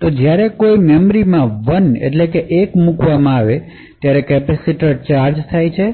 હવે જ્યારે કોઈ મેમરીમાં ૧ મૂકવામાં આવે ત્યારે કેપેસીટર ચાર્જ થાય છે